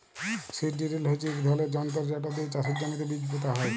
seed drill হচ্যে ইক ধরলের যনতর যেট দিয়ে চাষের জমিতে বীজ পুঁতা হয়